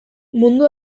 mundu